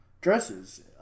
dresses